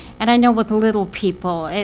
and i know with the little people, and